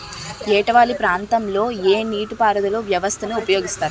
ఏట వాలు ప్రాంతం లొ ఏ నీటిపారుదల వ్యవస్థ ని ఉపయోగిస్తారు?